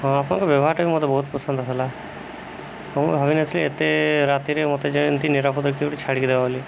ହଁ ଆପଣଙ୍କ ବ୍ୟବହାରଟା ବି ମୋତେ ବହୁତ ପସନ୍ଦ ଆସିଲା ହଁ ମୁଁ ଭାବିନଥିଲି ଏତେ ରାତିରେ ମୋତେ ଯେ ଏନ୍ତି ନିରାପଦ କିଏ ଗୋଟେ ଛାଡ଼ିଦେବ ବୋଲି